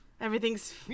Everything's